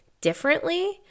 differently